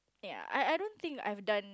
ya I I don't think I have done